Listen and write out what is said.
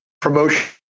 promotion